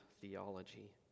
theology